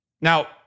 Now